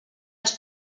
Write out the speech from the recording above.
els